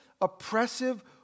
oppressive